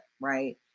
right